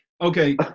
Okay